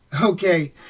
Okay